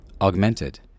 Augmented